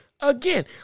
again